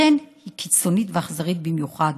לכן היא קיצונית ואכזרית במיוחד,